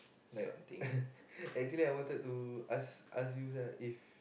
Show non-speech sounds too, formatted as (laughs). like (laughs) actually I wanted to ask ask you lah if like